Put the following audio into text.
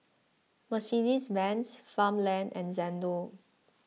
Mercedes Benz Farmland and Xndo